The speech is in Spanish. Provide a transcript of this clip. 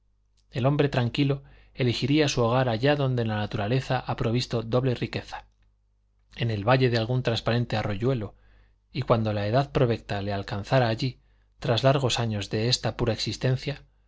el hombre tranquilo elegiría su hogar allá donde la naturaleza ha provisto doble riqueza en el valle de algún transparente arroyuelo y cuando la edad provecta le alcanzara allí tras largos años de esta pura existencia